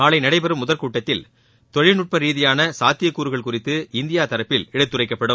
நாளை நடைபெறும் முதற்கூட்டத்தில் தொழில்நுட்ப ரீதியான சாத்தியக்கூறுகள் குறித்து இந்தியா தரப்பில் எடுத்துரைக்கப்படும்